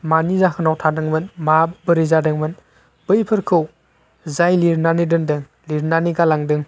मानि जाहोनाव थादोंमोन माबोरै जादोंमोन बैफोरखौ जाय लिरनानै दोनदों लिरनानै गालांदों